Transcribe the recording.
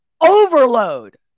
overload